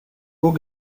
hauts